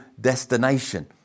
destination